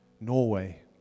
Norway